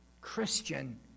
Christian